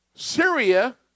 Syria